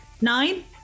Nine